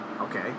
Okay